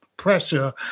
pressure